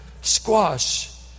squash